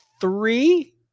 Three